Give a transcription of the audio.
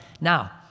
now